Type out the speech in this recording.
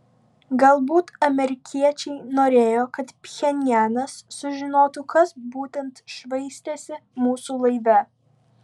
galbūt amerikiečiai norėjo kad pchenjanas sužinotų kas būtent švaistėsi mūsų laive